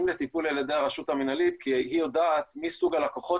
לטיפול על ידי הרשות המינהלית כי היא יודעת מי סוג הלקוחות